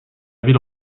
ville